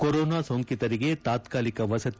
corona ಸೋಂಕಿತರಿಗೆ ತಾತ್ಕಾಲಿಕ ವಸತಿ